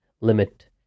limit